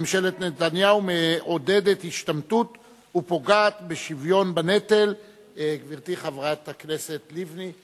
מאת חברי הכנסת מירי רגב,